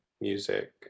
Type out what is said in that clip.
music